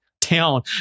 town